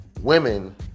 women